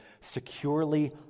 securely